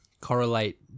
correlate